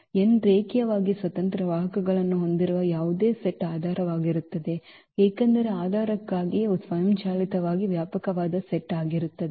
n ರೇಖೀಯವಾಗಿ ಸ್ವತಂತ್ರ ವಾಹಕಗಳನ್ನು ಹೊಂದಿರುವ ಯಾವುದೇ ಸೆಟ್ ಆಧಾರವಾಗಿರುತ್ತದೆ ಏಕೆಂದರೆ ಆಧಾರಕ್ಕಾಗಿ ಇವು ಸ್ವಯಂಚಾಲಿತವಾಗಿ ವ್ಯಾಪಕವಾದ ಸೆಟ್ ಆಗಿರುತ್ತದೆ